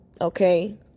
okay